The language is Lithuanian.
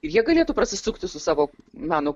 ir jie galėtų prasisukti su savo meno